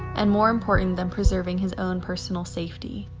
and more important than preserving his own personal safety.